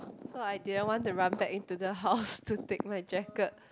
so I didn't want to run back into the house to take my jacket